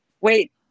wait